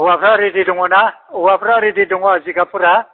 औवाफ्रा रिदि दंना औवाफ्रा रिदि दङ जिगाबफोरा